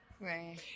Right